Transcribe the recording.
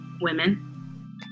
women